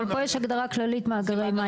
אבל פה יש הגדרה כללית מאגרי מים.